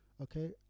okay